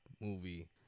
movie